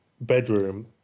Bedroom